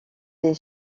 des